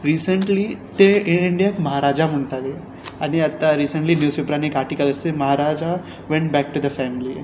recently ते air इंडियाक महाराजा म्हणटाले आनी आतां रिसंट्ली न्युजपेपरान एक आर्टिकल आसा Maharaja went back to the family